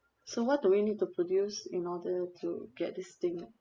so what do we need to produce in order to get this thing